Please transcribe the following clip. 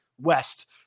West